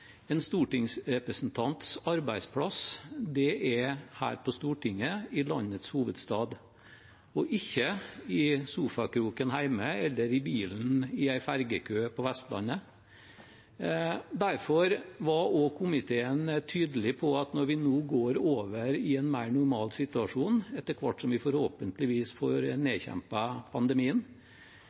en stortingsrepresentants arbeidsplass er her på Stortinget, i landets hovedstad, og ikke i sofakroken hjemme eller i bilen i en ferjekø på Vestlandet. Derfor var komiteen tydelig på at når vi nå går over i en mer normal situasjon, etter hvert som vi forhåpentligvis får nedkjempet pandemien,